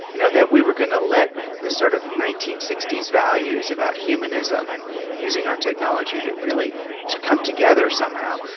you know that we were going to let the sort of nineteen sixty s values about humanism and using our technology to really come together somehow,